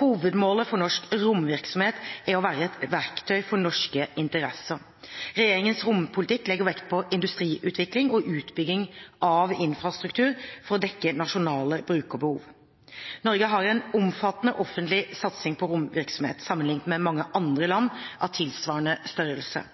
Hovedmålet for norsk romvirksomhet er å være et verktøy for norske interesser. Regjeringens rompolitikk legger vekt på industriutvikling og utbygging av infrastruktur for å dekke nasjonale brukerbehov. Norge har en omfattende offentlig satsing på romvirksomhet sammenlignet med mange andre land av tilsvarende størrelse.